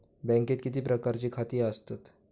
बँकेत किती प्रकारची खाती आसतात?